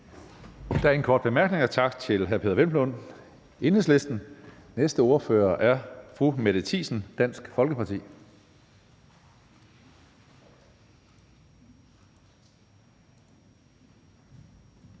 Der er ingen korte bemærkninger. Tak til hr. Peder Hvelplund, Enhedslisten. Næste ordfører er fru Mette Thiesen, Dansk Folkeparti.